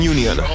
Union